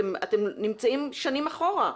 אתם נמצאים שנים אחורה.